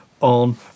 on